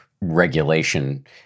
regulation